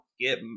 get